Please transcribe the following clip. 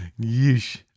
yeesh